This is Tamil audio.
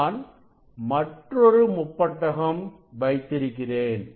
நான் மற்றொரு முப்பட்டகம் வைத்திருக்கிறேன்